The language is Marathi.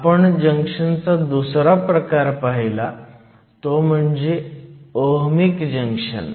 आपण जंक्शनचा दुसरा प्रकार पाहिला तो म्हणजे ओहमीक जंक्शन